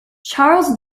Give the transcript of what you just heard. charles